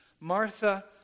Martha